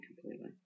completely